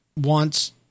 wants